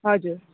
हजुर